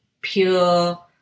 pure